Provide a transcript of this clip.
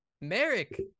Merrick